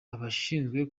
abashinzwe